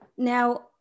Now